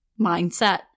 mindset